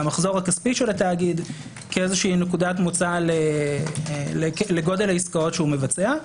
מהמחזור הכספי של התאגיד כאיזושהי נקודת מוצא לגודל העסקאות שהוא מבצע.